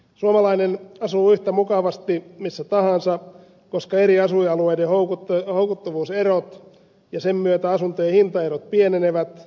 suomalainen asuu yhtä mukavasti missä tahansa koska eri asuinalueiden houkuttavuuserot ja sen myötä asuntojen hintaerot pienenevät